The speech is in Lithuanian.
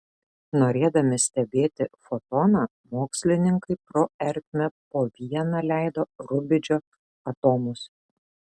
norėdami stebėti fotoną mokslininkai pro ertmę po vieną leido rubidžio atomus